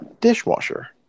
dishwasher